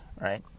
right